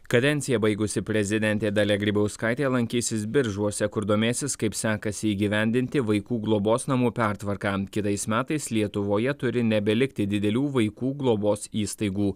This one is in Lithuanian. kadenciją baigusi prezidentė dalia grybauskaitė lankysis biržuose kur domėsis kaip sekasi įgyvendinti vaikų globos namų pertvarką kitais metais lietuvoje turi nebelikti didelių vaikų globos įstaigų